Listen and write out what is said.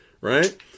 Right